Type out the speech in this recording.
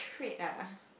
trait ah